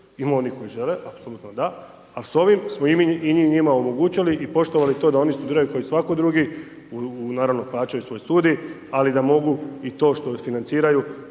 ima onih koji žele, apsolutno da, ali s ovim smo i mi njima omogućili i poštovali da oni studiraju kao i svako drugu, naravno plaćaju svoj studij, ali da mogu i to što financiraju